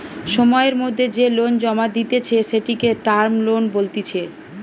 সময়ের মধ্যে যে লোন জমা দিতেছে, সেটিকে টার্ম লোন বলতিছে